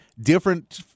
different